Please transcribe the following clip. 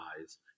eyes